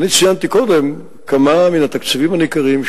כ-0.5 מיליארד שקל בשנתיים הקרובות,